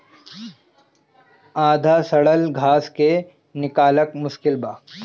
आधा सड़ल घास के निकालल मुश्किल बा